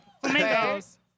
flamingos